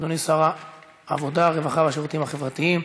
אדוני שר העבודה, הרווחה והשירותים החברתיים,